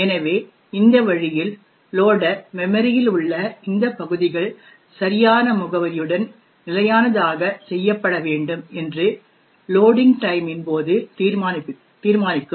எனவே இந்த வழியில் லோடர் மெமோரியில் உள்ள இந்த பகுதிகள் சரியான முகவரியுடன் நிலையானதாக செய்யப்பட வேண்டும் என்று லோடிங் டைமின் போது தீர்மானிக்கும்